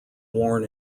worn